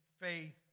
faith